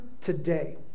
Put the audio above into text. today